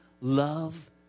love